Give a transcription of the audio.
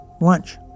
lunch